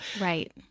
Right